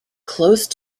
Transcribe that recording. close